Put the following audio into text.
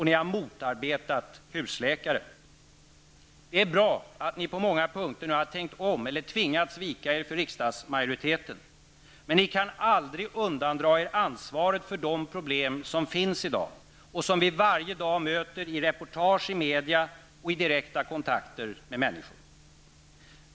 Ni har motarbetat husläkare. Det är bra att ni på många punkter nu har tänkt om eller tvingats vika er för riksdagsmajoriteten. Men ni kan aldrig undandra er ansvaret för de problem som finns i dag och som varje dag möter oss i reportage i media och i direkta kontakter med människor.